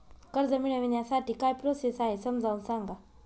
कर्ज मिळविण्यासाठी काय प्रोसेस आहे समजावून सांगा